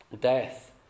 death